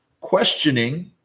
questioning